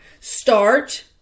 Start